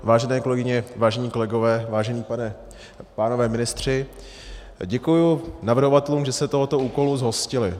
Vážené kolegyně, vážení kolegové, vážení pánové ministři, děkuji navrhovatelům, že se tohoto úkolu zhostili.